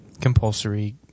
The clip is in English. compulsory